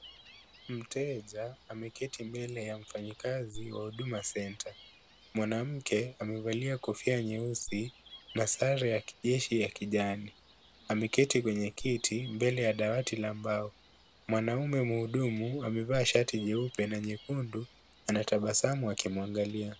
Mteja ameketi mbele ya mfanyikazi wa huduma center . Mwanamke amevalia kofia nyeusi na sare ya kijeshi ya kijani. Ameketi kwenye kiti mbele ya dawati la mbao. Mwanaume muhudumu amevaa shati jeupe na nyekundu anatabasamu akimwangalia.